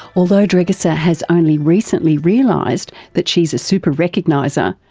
although dragica so has only recently realised that she is a super recogniser,